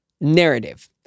narrative